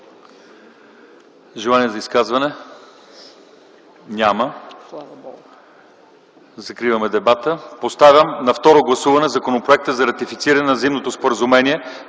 Желания за изказвания? Няма. Закривам дебата. Поставям на второ гласуване Законопроекта за ратифициране на Заемното споразумение